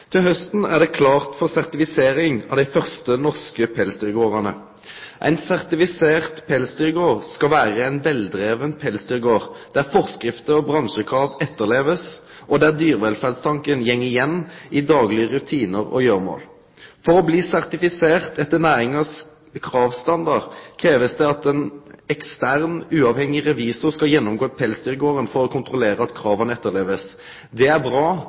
Til hausten er det klart for sertifisering av dei første norske pelsdyrgardane. Ein sertifisert pelsdyrgard skal vere ein veldriven pelsdyrgard der forskrifter og bransjekrav blir etterlevde, og der dyrevelferdstanken går igjen i daglege rutinar og gjeremål. For å bli sertifisert etter næringas kravstandard blir det kravd at ein ekstern, uavhengig revisor skal gjennomgå pelsdyrgarden for å kontrollere at krava blir etterlevde. Det er bra,